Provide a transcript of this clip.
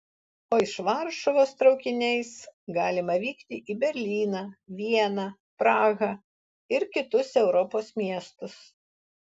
o iš varšuvos traukiniais galima vykti į berlyną vieną prahą ir kitus europos miestus